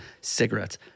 cigarettes